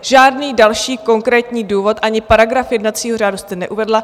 Žádný další konkrétní důvod ani paragraf jednacího řádu jste neuvedla.